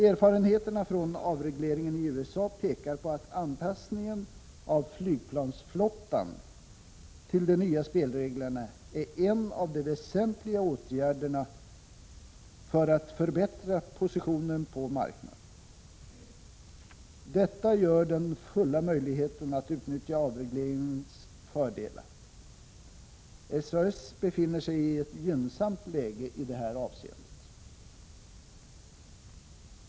Erfarenheterna från avregleringen i USA pekar på att anpassningen av flygplansflottan till de nya spelreglerna är en av de väsentligaste åtgärderna för att förbättra positionen på marknaden. Detta ger den fulla möjligheten att utnyttja avregleringens fördelar. SAS befinner sig i ett gynnsamt läge i detta avseende.